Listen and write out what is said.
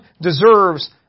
deserves